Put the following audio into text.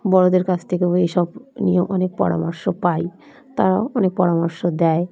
বড়দের কাছ থেকেও এসব নিয়ে অনেক পরামর্শ পাই তারাও অনেক পরামর্শ দেয়